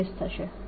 dS થશે